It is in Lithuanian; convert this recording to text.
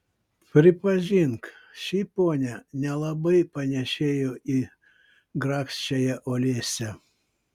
pripažink ši ponia nelabai panėšėjo į grakščiąją olesią